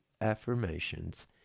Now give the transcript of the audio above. Affirmations